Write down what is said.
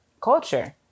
culture